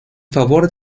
favor